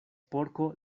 porko